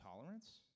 tolerance